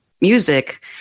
music